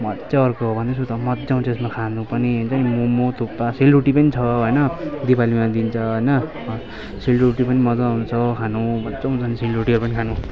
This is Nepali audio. मज्जै अर्कै हो भन्दैछु त मज्जा आउँछ यसमा खानु पनि हुन्छ नि मोमो थुक्पा सेलरोटी पनि छ होइन दिपावलीमा दिन्छ होइन सेलरोटी पनि मज्ज आउँछ खानु मज्ज आउँछ नि सेलरोटी खानु